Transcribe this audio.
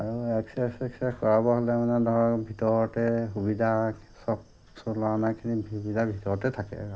আৰু এক্সাৰ্চাইচ চেক্সাৰচাইছ কৰাবলৈ মানে ধৰক ভিতৰতে সুবিধা সব চলা অনাখিনি সুবিধা ভিতৰতে থাকে